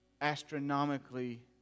astronomically